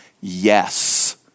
Yes